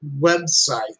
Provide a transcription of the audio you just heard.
website